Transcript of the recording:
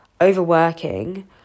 overworking